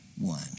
one